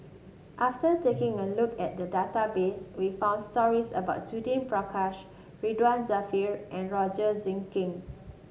after taking a look at the database we found stories about Judith Prakash Ridzwan Dzafir and Roger Jenkins